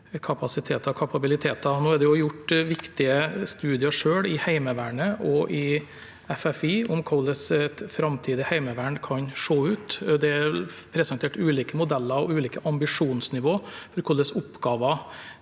kapasiteter og kapabiliteter. Nå er det gjort viktige studier i Heimevernet og i FFI om hvordan et framtidig heimevern kan se ut. Det er presentert ulike modeller og ulike ambisjonsnivå for hva slags oppgaver